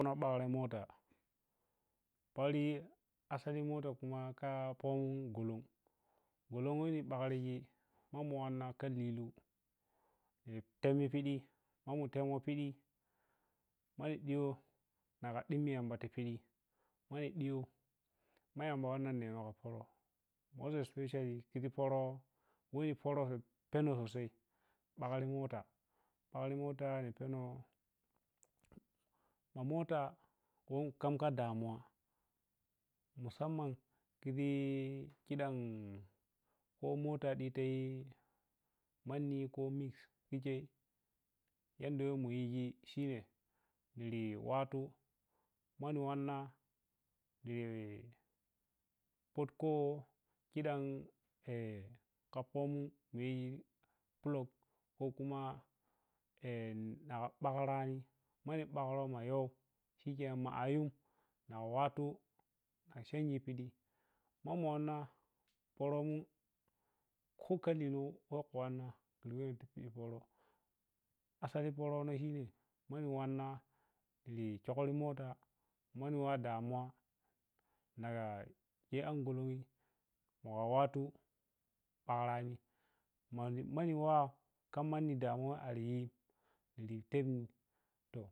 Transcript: Muna bakre mota pariyi asali mota khuma kha pomum ghulum ghulum weh bakriji ma mu wanna kha liluh temo piɗi ma mu temo piɗi mami ɗiyo nara ɗimmo yamba ti piɗi mani ɗyo ma yamba wanna neno go pərə most especiallu khuji pərə when you pərə penan sosai bakri mota, bakri mota m penoh ma mota kham kha damuwan musamman khiji khidan kho mota ɗita yi manni kho leaf khikhei yadda wai muyiji shine niri wattu mani wanna potkho khidam kha pomun weh pluk ko kuma ba ɓakra, mani bakra ma yoh shikenan ma ayum na wattu chanji piɗi ma mu wanna pəyəmun khu kho liluh kho kha wanna tivi weh ti pərə asali pərəno shine mani wanna li kyukri mota mani wa damuwan nara a aguli mara wattu bakrani, manni waya khan manni damuwa ariyin ta.